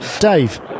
Dave